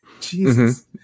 Jesus